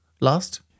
last